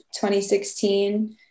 2016